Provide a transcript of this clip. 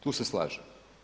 Tu se slažem.